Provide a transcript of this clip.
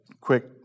quick